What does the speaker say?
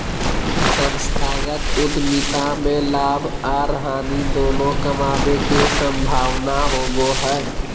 संस्थागत उद्यमिता में लाभ आर हानि दोनों कमाबे के संभावना होबो हय